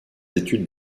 études